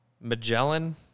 Magellan